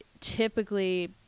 typically